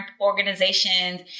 organizations